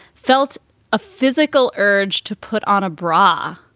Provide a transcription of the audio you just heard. felt a physical urge to put on a bra.